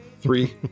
Three